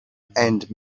and